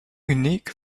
unique